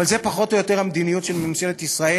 אבל זו פחות או יותר המדיניות של ממשלת ישראל